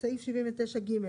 סעיף 79 ג'.